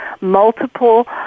multiple